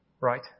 right